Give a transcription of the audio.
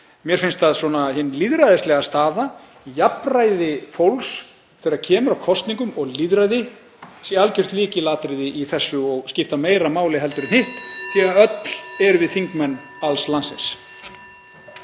Mér finnst að hin lýðræðislega staða, jafnræði fólks þegar kemur að kosningum og lýðræði, sé algjört lykilatriði í þessu og skipti meira máli en hitt (Forseti hringir.) því að öll erum við þingmenn alls landsins.